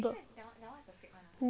ya jibai ah